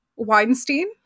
Weinstein